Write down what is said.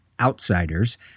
Outsiders